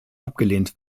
abgelehnt